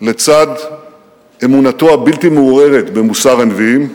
לצד אמונתו הבלתי-מעורערת במוסר הנביאים,